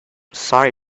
sorry